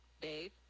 Dave